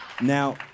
Now